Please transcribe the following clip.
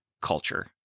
culture